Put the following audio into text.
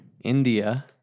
India